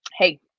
hey